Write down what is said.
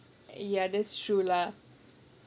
ya that's true lah